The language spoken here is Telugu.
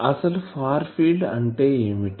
అసలు ఫార్ ఫీల్డ్ అంటే ఏమిటి